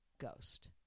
ghost